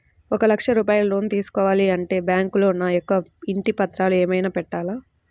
ఒక లక్ష రూపాయలు లోన్ తీసుకోవాలి అంటే బ్యాంకులో నా యొక్క ఇంటి పత్రాలు ఏమైనా పెట్టాలా?